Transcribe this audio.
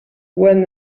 when